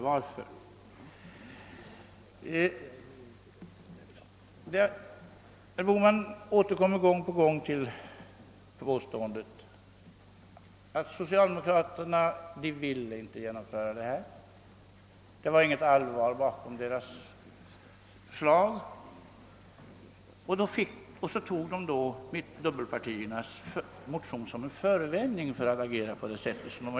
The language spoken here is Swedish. Herr Bohman återkommer gång på gång till påståendet, att socialdemokraterna inte vill genomföra hyresregleringens avskaffande och att det inte låg något allvar bakom vårt förslag. Därför skulle alltså socialdemokraterna ha tagit mittenpartiernas motion som förevändning för att agera på det sätt som skett.